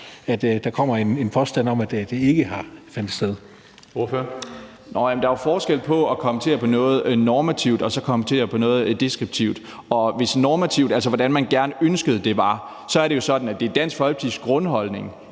18:03 Mikkel Bjørn (DF): Nå ja, men der er jo forskel på at kommentere på noget normativt og så kommentere på noget deskriptivt. Og hvis det er normativt, altså hvordan man ønskede det var, så er det jo sådan, at det er Dansk Folkepartis grundholdning,